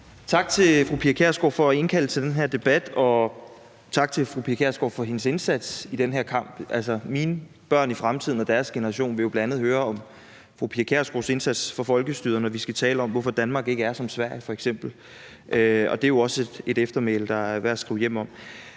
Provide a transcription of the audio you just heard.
Tak til fru Pia Kjærsgaard for at indkalde til den her debat, og tak til fru Pia Kjærsgaard for hendes indsats i den her kamp. Mine børn i fremtiden og deres generation vil jo bl.a. høre om fru Pia Kjærsgaards indsats for folkestyret, når vi skal tale om, hvorfor Danmark ikke er som Sverige f.eks. Det er jo også et eftermæle, der er værd at skrive hjem om.